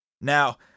Now